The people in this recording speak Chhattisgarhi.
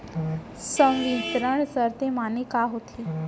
संवितरण शर्त माने का होथे?